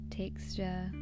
texture